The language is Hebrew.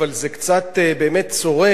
אבל זה קצת צורם.